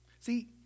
See